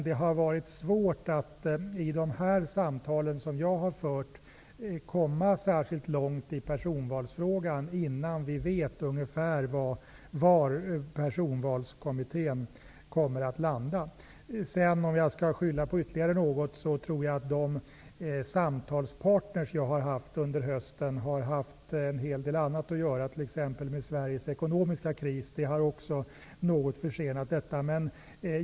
Det har varit svårt att i de samtal som jag har fört komma särskilt långt i personvalsfrågan innan vi vet ungefär var Personvalskommittén kommer att hamna. Om jag sedan skall skylla på ytterligare något, tror jag att de samtalspartner som jag haft under hösten har haft en hel del annat att göra, t.ex. med Sveriges ekonomiska kris. Också detta har något försenat arbetet.